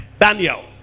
Daniel